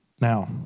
Now